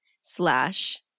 slash